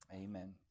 Amen